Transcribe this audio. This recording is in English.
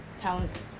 Talents